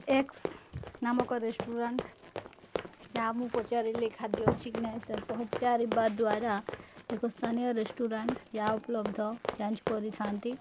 X ନାମକ restaurant ଯାହା ମୁଁ ପଚାରିଲି ଖାଦ୍ୟ ଅଛି କି ନାହିଁ ପଚାରିବା ଦ୍ୱାରା ଏକ ସ୍ଥାନୀୟ ରେଷ୍ଟୁରାଣ୍ଟ ଯାହା ଉପଲବ୍ଧ ଯାଞ୍ଚ କରିଥାନ୍ତି